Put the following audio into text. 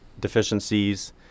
deficiencies